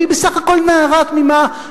והיא בסך הכול נערה תמימה,